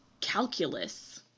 calculus